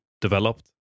developed